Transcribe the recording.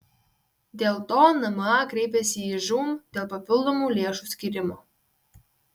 dėl to nma kreipėsi į žūm dėl papildomų lėšų skyrimo